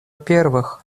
первых